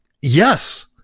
yes